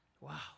Wow